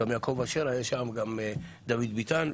גם יעקב אשר היה שם, גם דוד ביטן.